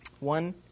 One